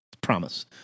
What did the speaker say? Promise